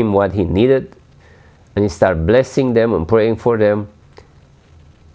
him what he needed and started blessing them and praying for them